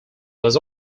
was